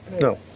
No